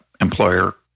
employer